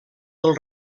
del